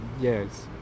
yes